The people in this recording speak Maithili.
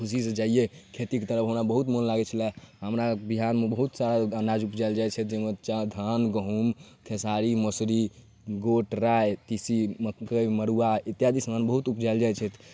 खुशीसँ जाइए खेतीके तरफ हमरा बहुत मोन लागै छलै हमरा बिहारमे बहुत सारा अनाज उपजाएल जाइ छै ताहिमे धान गहूम खेसारी मौसरी गोट राइ तीसी मकै मड़ुआ इत्यादि समान बहुत उपजाएल जाइ छै